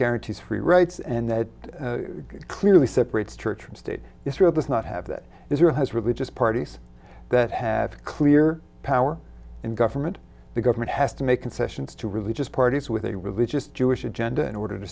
guarantees free rights and that clearly separates trick from state israel does not have that israel has religious parties that have clear power in government the government has to make concessions to really just parties with a religious jewish agenda in order to